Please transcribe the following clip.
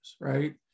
right